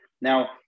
Now